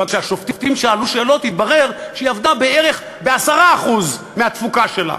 אבל כשהשופטים שאלו שאלות התברר שהיא עבדה בערך ב-10% מהתפוקה שלה.